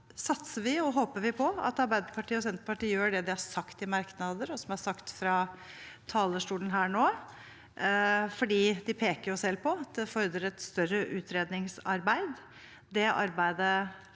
satser og håper på at Arbeiderpartiet og Senterpartiet gjør det de har sagt i merknader, og som også er sagt fra talerstolen her nå, for de peker jo selv på at det fordrer et større utredningsarbeid.